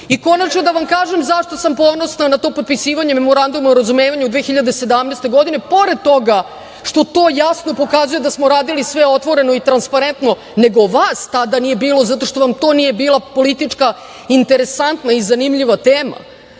godine. Konačno da vam kažem zašto sam ponosna na to potpisivanje Memoranduma o razumevanju 2017. godine pored toga što to jasno pokazuje da smo uradili sve otvoreno i transparentno, nego vas tada nije bilo zato što vam to nije bila politička interesantna i zanimljiva tema,